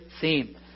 theme